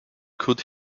could